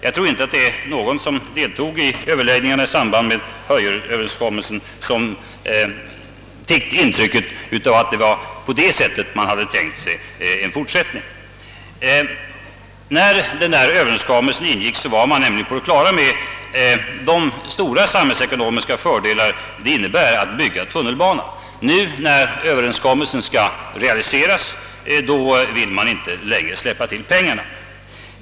Jag tror inte att någon, som deltog i överläggningarna i samband med Hörjelöverenskommelsen, fick det intrycket att det var så man hade tänkt sig en fortsättning. När Hörjelöverenskommelsen ingicks var man nämligen på det klara med de stora samhällsekonomiska fördelarna av att bygga ut tunnelbanan. Nu, när Ööverenskommelsen skall realiseras, vill man inte längre ställa pengar till förfogande.